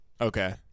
Okay